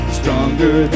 stronger